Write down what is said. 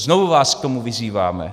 Znovu vás k tomu vyzýváme.